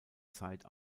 zeit